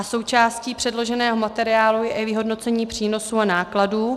Součástí předloženého materiálu je i vyhodnocení přínosů a nákladů.